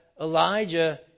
Elijah